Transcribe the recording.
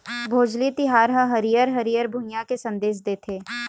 भोजली तिहार ह हरियर हरियर भुइंया के संदेस देथे